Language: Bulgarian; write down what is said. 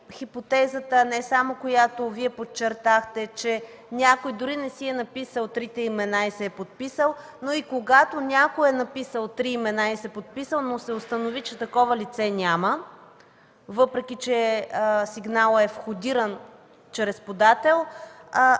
хипотезата, която не само Вие подчертахте, че някой дори не си е написал трите имена и не се е подписал, но и когато някой е написал три имена и се е подписал, но се установи, че такова лице няма, въпреки че сигналът е входиран чрез подател,